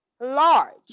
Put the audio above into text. large